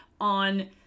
on